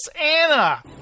Anna